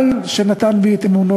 שלנו.